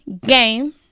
game